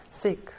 sick